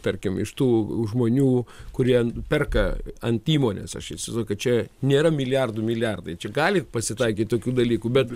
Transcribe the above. tarkim iš tų žmonių kurie perka ant įmonės aš įsivaizduoju kad čia nėra milijardų milijardai čia gali pasitaikyti tokių dalykų bet